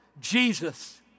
Jesus